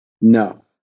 No